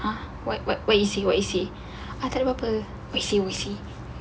ah what what what is he what is he ah tak ada apa-apa we see we see